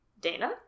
Dana